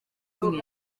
rimwe